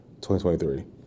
2023